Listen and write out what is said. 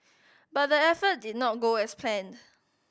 but the effort did not go as planned